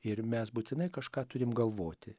ir mes būtinai kažką turim galvoti